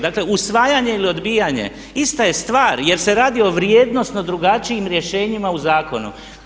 Dakle, usvajanje ili odbijanje ista je stvar jer se radi o vrijednosno drugačijim rješenjima u zakonu.